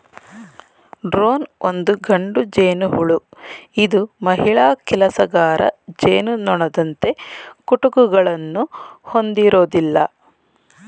drone ಒಂದು ಗಂಡು ಜೇನುಹುಳು ಇದು ಮಹಿಳಾ ಕೆಲಸಗಾರ ಜೇನುನೊಣದಂತೆ ಕುಟುಕುಗಳನ್ನು ಹೊಂದಿರೋದಿಲ್ಲ